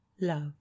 love